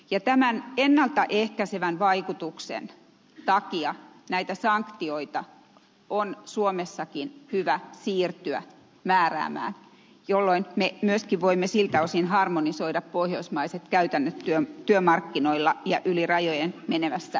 tämän ennalta ehkäisevän vaikutuksen takia näitä sanktioita on suomessakin hyvä siirtyä määräämään jolloin me myöskin voimme siltä osin harmonisoida pohjoismaiset käytännöt työmarkkinoilla ja yli rajojen menevästä